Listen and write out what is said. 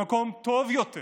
במקום טוב יותר